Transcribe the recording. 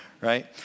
right